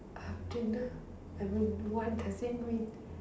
அப்படினா:appadinaa I mean what does it mean